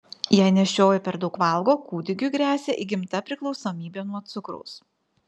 jei nėščioji per daug valgo kūdikiui gresia įgimta priklausomybė nuo cukraus